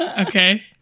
Okay